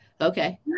okay